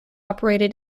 operated